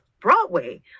broadway